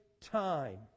time